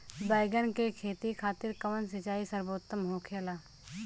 बैगन के खेती खातिर कवन सिचाई सर्वोतम होखेला?